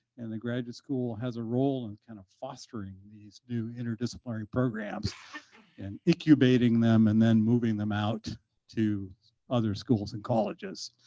and the graduate school has a role in kind of fostering these new interdisciplinary programs and incubating them and then moving them out to other schools and colleges.